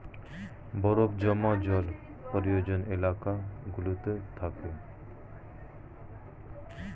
বরফে জমা জল ফ্রোজেন এলাকা গুলোতে থাকে